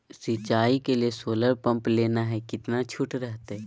सिंचाई के लिए सोलर पंप लेना है कितना छुट रहतैय?